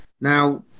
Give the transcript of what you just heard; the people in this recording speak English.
Now